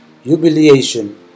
humiliation